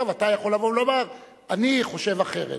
אתה יכול לבוא ולומר: אני חושב אחרת.